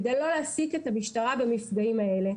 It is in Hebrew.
כדי לא להעסיק את המשטרה במפגעים האלה,